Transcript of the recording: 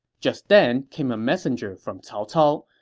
just then came a messenger from cao cao.